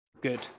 good